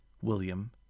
William